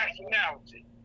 nationality